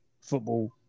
football